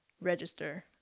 register